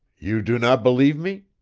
you do not believe me?